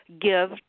give